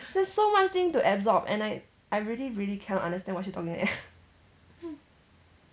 there's so much thing to absorb and I I really really cannot understand what she talking